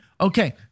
Okay